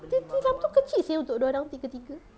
tilam tu kecil seh untuk dorang tiga-tiga